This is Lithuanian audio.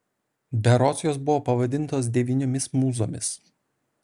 berods jos buvo pavadintos devyniomis mūzomis